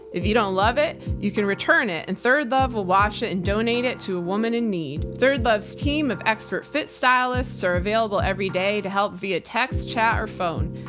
if you don't love it, you can return it, and third love will wash it and donate it to a woman in need. third love's team of expert fit stylists are available every day to help via text, chat, or phone.